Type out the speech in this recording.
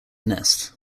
nest